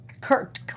Kurt